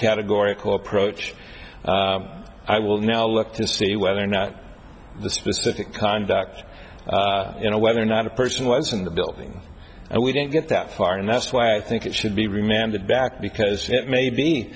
approach i will now look to see whether or not the specific conduct you know whether or not a person was in the building and we didn't get that far and that's why i think it should be remanded back because it may be